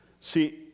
See